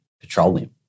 petroleum